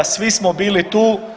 Svi smo bili tu.